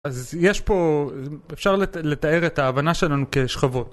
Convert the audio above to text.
אז יש פה, אפשר לתאר את ההבנה שלנו כשכבות.